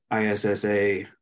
ISSA